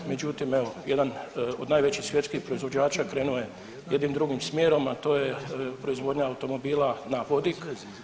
Međutim, evo jedan od najvećih svjetskih proizvođača krenuo je jednim drugim smjerom, a to je proizvodnja automobila na vodik.